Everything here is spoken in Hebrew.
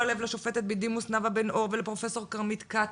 הלב לשופטת בדימוס נאווה בן אור ולפרופ' כרמית כץ.